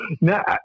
Now